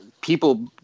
people